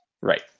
Right